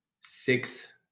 six